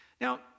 Now